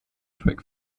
trek